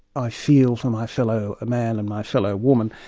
i feel for my fellow ah man and my fellow woman.